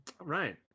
Right